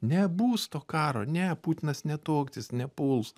nebus to karo ne putinas ne toks jis nepuls